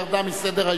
והיא ירדה מסדר-היום.